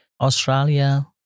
Australia